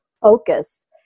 focus